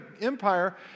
empire